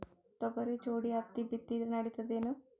ತೊಗರಿ ಜೋಡಿ ಹತ್ತಿ ಬಿತ್ತಿದ್ರ ನಡಿತದೇನು?